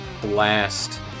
blast